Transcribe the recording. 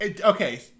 okay